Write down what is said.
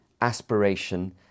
aspiration